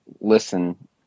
listen